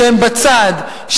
שהם בצד,